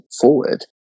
forward